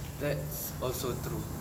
that's also true